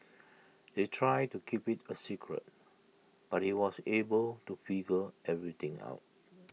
they tried to keep IT A secret but he was able to figure everything out